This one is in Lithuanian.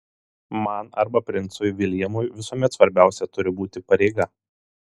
man arba princui viljamui visuomet svarbiausia turi būti pareiga